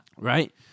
Right